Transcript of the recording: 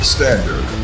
Standard